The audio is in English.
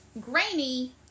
grainy